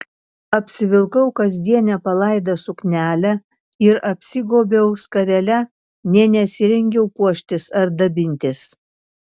apsivilkau kasdienę palaidą suknelę ir apsigobiau skarele nė nesirengiau puoštis ar dabintis